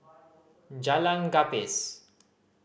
Jalan Gapis